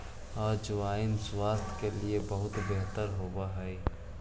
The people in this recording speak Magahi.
अजवाइन स्वास्थ्य के लिए बहुत बेहतर होवअ हई